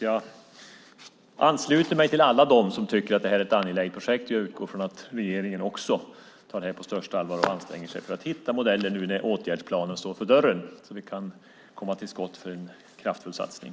Jag ansluter mig till alla dem som tycker att det här är ett angeläget projekt. Jag utgår från att regeringen också tar det här på största allvar och anstränger sig för att hitta modeller nu när åtgärdsplanen står för dörren så att vi kan komma till skott med en kraftfull satsning.